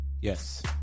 Yes